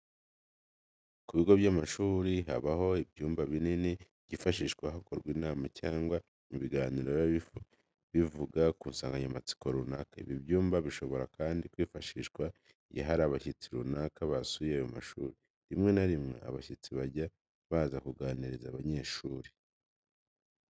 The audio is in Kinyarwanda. Ku bigo by'amashuri habaho ibyumba binini byifashishwa hakorwa inama cyangwa ibiganiro biba bivuga ku nsanganyamatsiko runaka. Ibi byumba bishobora kandi kwifashishwa igihe hari abashyitsi runaka basuye ayo mashuri. Rimwe na rimwe abashyitsi bajya baza kuganiriza abanyeshuri.